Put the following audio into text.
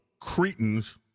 Cretans